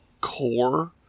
Core